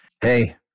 hey